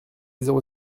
zéro